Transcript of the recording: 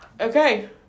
Okay